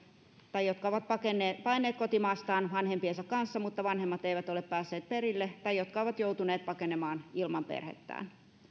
tai jotka ovat paenneet kotimaastaan vanhempiensa kanssa mutta vanhemmat eivät ole päässeet perille tai jotka ovat joutuneet pakenemaan ilman perhettään